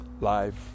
live